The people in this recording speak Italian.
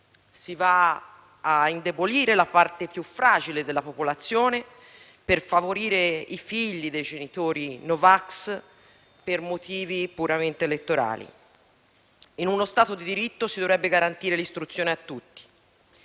si va a indebolire la parte più fragile della popolazione per favorire i figli dei genitori no vax per motivi puramente elettorali. In uno Stato di diritto si dovrebbe garantire l'istruzione a tutti.